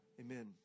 Amen